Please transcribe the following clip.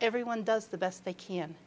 everyone does the best they can